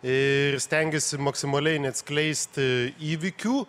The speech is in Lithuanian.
ir stengiasi maksimaliai neatskleisti įvykių